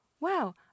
Wow